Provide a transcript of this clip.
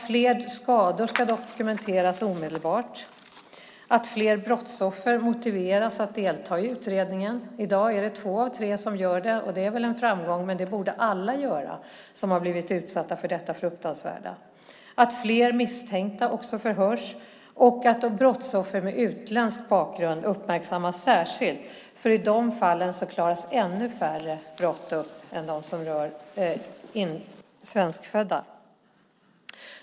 Fler skador ska dokumenteras omedelbart. Fler brottsoffer borde motiveras att delta i utredningen. I dag är det två av tre som gör det. Det är väl en framgång, men det borde alla göra som har blivit utsatta för detta fruktansvärda. Fler misstänkta skulle också förhöras och brottsoffer med utländsk bakgrund uppmärksammas särskilt. I de fallen klaras ännu färre brott upp än de som rör svenskfödda.